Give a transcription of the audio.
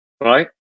right